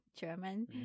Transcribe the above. German